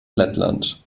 lettland